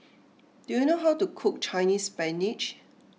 do you know how to cook Chinese Spinach